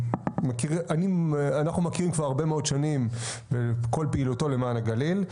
אנחנו מכירים כבר הרבה מאוד שנים בכל פעילותו למען הגליל,